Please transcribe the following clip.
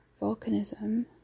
volcanism